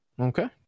okay